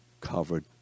covered